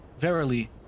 verily